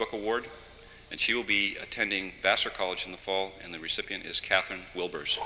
book award and she will be attending vassar college in the fall and the recipient is catherine wilbur